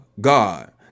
God